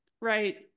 right